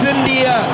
India